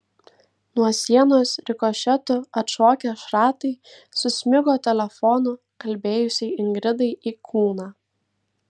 nuo sienos rikošetu atšokę šratai susmigo telefonu kalbėjusiai ingridai į kūną